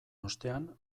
ostean